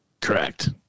Correct